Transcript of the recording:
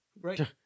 Right